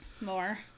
more